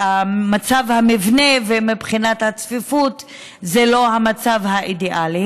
מצב המבנה ומבחינת הצפיפות זה לא המצב האידיאלי.